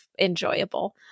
enjoyable